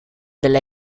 della